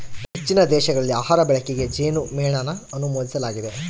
ಹೆಚ್ಚಿನ ದೇಶಗಳಲ್ಲಿ ಆಹಾರ ಬಳಕೆಗೆ ಜೇನುಮೇಣನ ಅನುಮೋದಿಸಲಾಗಿದೆ